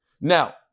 Now